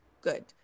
good